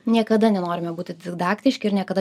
niekada nenorime būti didaktiški ir niekada